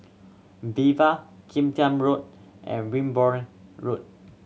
Viva Kim Tian Road and Wimborne Road